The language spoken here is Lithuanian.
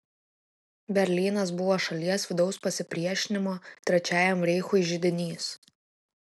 berlynas buvo šalies vidaus pasipriešinimo trečiajam reichui židinys